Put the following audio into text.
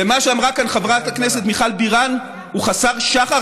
ומה שאמרה כאן חברת הכנסת מיכל בירן הוא חסר שחר.